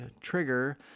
trigger